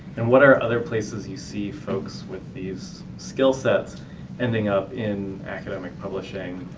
and what are other places you see folks with these skill sets ending up in academic publishing,